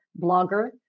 blogger